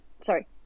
sorry